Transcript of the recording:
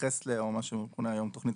תתייחס אליהם ואני אמתין לתורי.